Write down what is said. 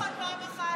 לא נכון, פעם אחת.